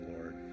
Lord